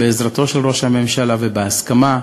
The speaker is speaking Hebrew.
בעזרתו של ראש הממשלה ובהסכמה,